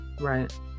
right